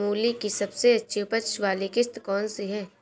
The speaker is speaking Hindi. मूली की सबसे अच्छी उपज वाली किश्त कौन सी है?